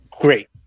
great